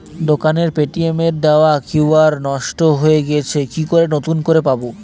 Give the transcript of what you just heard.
দোকানের পেটিএম এর দেওয়া কিউ.আর নষ্ট হয়ে গেছে কি করে নতুন করে পাবো?